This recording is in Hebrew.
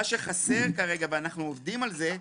מה שחסר כרגע ואנחנו עובדים על זה,